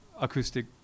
acoustic